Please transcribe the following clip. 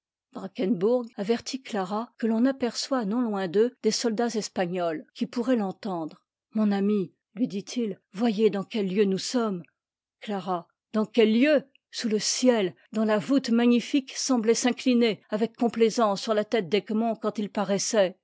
avertit clara que l'on aperçoit non loin d'eux des soldats espagnols qui pourraient l'entendre mon amie lui dit-il voyez dans quel lieu nous sommes dans quel lieu sous le ciel dont la voûte magnifique semblait s'incliner avec complaisance t sur la tête d'egmont quand il paraissait